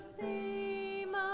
theme